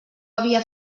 havia